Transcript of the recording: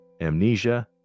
amnesia